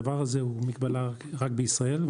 הדבר הזה הוא מגבלה רק בישראל.